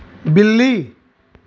बिल्ली